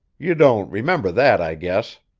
you don't remember that, i guess?